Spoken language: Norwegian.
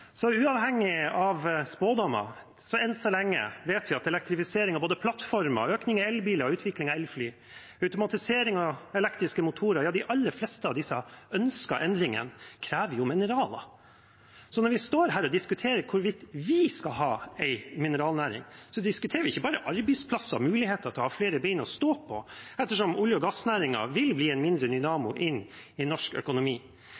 så lenge at elektrifisering av plattformer, økning i elbiler, utvikling av elfly og automatisering av elektriske motorer – ja, de aller fleste av disse ønskede endringene, krever mineraler. Når vi står her og diskuterer hvorvidt vi skal ha en mineralnæring, diskuterer vi ikke bare arbeidsplasser og muligheter til å ha flere ben å stå på ettersom olje- og gassnæringen vil bli en mindre dynamo i norsk økonomi,